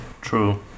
True